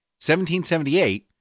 1778